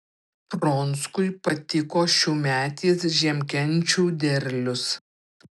pronckui patiko šiųmetis žiemkenčių derlius